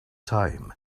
time